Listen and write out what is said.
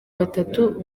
batatu